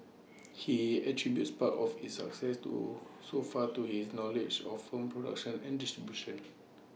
he attributes part of its success to so far to his knowledge of form production and distribution